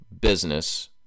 business